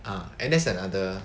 ah there's another